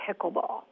Pickleball